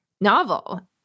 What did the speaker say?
novel